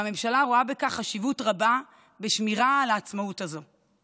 והממשלה רואה חשיבות רבה בשמירה על העצמאות הזו.